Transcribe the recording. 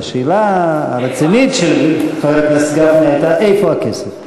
השאלה הרצינית של חבר הכנסת גפני הייתה איפה הכסף.